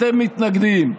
אתם מתנגדים.